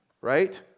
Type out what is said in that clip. Right